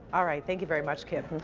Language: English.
all right thank you very much kim.